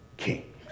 king